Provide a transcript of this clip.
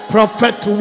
Prophet